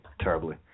terribly